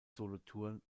solothurn